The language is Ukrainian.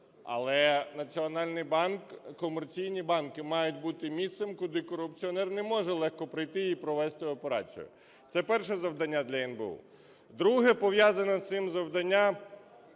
але Національний банк, комерційні банки мають бути місцем, куди корупціонер не може легко прийти і провести операцію. Це перше завдання для НБУ. Друге, пов'язане з цим завданням,